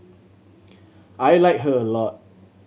I like her a lot